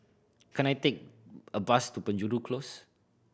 can I take a bus to Penjuru Close